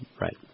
Right